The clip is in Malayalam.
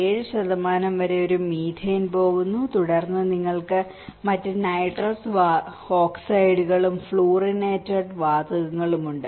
7 വരെ ഒരു മീഥെയ്ൻ പോകുന്നു തുടർന്ന് നിങ്ങൾക്ക് മറ്റ് നൈട്രസ് ഓക്സൈഡും ഫ്ലൂറിനേറ്റഡ് വാതകങ്ങളും ഉണ്ട്